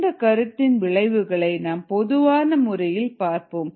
இந்தக் கருத்தின் விளைவுகளை நாம் பொதுவான முறையில் பார்ப்போம்